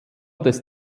des